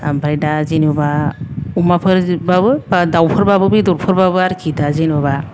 ओमफ्राय दा जेन'बा अमाफोरबाबो बा दावफोरबाबो बेदरफोरबाबो आरोखि दा जेन'बा